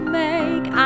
make